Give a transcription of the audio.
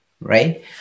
right